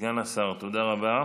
סגן השר, תודה רבה.